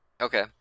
Okay